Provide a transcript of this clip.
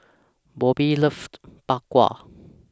Bobby loves Bak Kwa